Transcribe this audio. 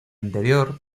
interior